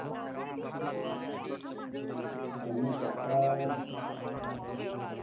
ᱫᱟᱨᱟᱭ ᱦᱟᱯᱛᱟ